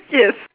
yes